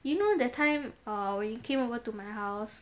you know that time uh when you came over to my house